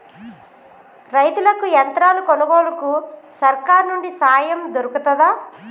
రైతులకి యంత్రాలు కొనుగోలుకు సర్కారు నుండి సాయం దొరుకుతదా?